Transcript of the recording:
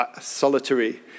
solitary